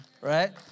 right